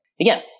Again